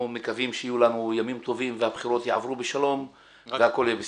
מקווים שיהיו לנו ימים טובים והבחירות יעברו בשלום והכול יהיה בסדר.